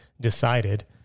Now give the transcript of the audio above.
decided